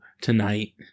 tonight